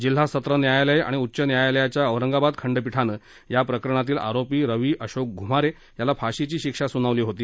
जिल्हा सत्र न्यायालय आणि उच्च न्यायालयाच्या औरंगाबाद खंडपीठानं या प्रकरणातील आरोपी रवी अशोक घूमारे याला फाशीची शिक्षा सुनावली होती